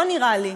לא נראה לי.